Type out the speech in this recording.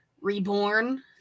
reborn